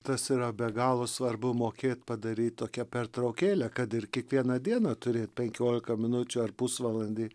tas yra be galo svarbu mokėt padaryt tokią pertraukėlę kad ir kiekvieną dieną turėt penkiolika minučių ar pusvalandį